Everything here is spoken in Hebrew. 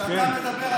כשאתה מדבר,